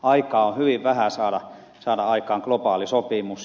aikaa on hyvin vähän saada aikaan globaali sopimus